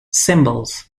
symbols